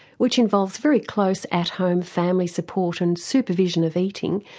which involves very close, at-home, family support and supervision of eating,